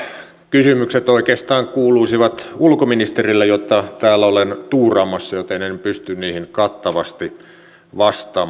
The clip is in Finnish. nämä kysymykset oikeastaan kuuluisivat ulkoministerille jota täällä olen tuuraamassa joten en pysty niihin kattavasti vastaamaan